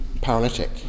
paralytic